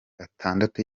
atandatu